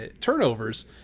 turnovers